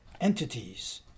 entities